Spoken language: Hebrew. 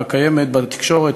הקיים בתקשורת,